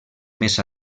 més